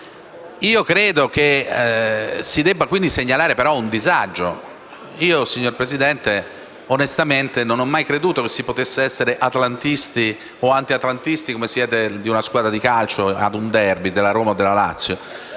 Credo che si debba segnalare un disagio. Signora Presidente, onestamente non ho mai creduto che si potesse essere atlantisti o antiatlantisti come si è di una squadra di calcio a un *derby*: della Roma o della Lazio.